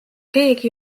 keegi